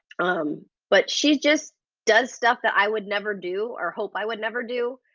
um but she just does stuff that i would never do or hope i would never do.